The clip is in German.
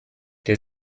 der